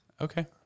Okay